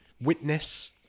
witness